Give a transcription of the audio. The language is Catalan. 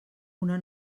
una